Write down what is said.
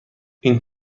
این